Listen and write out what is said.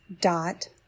dot